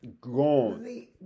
gone